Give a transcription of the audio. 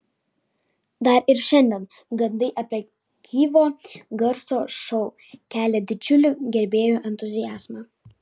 dar ir šiandien gandai apie gyvo garso šou kelia didžiulį gerbėjų entuziazmą